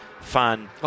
fan